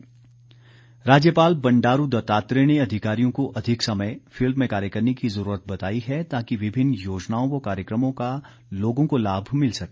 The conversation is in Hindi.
राज्यपाल राज्यपाल बंडारू दत्तात्रेय ने अधिकारियों को अधिक समय फिल्ड में कार्य करने की जरूरत बताई है ताकि विभिन्न योजनाओं व कार्यक्रमों का लोगों को लाभ मिल सके